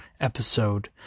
episode